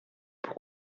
pour